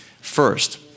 first